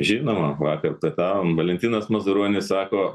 žinoma vakar pietavom valentinas mazuronis sako